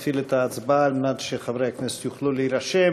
התשע"ז 2017, מאת חברי הכנסת עודד פורר,